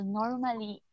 normally